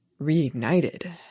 reignited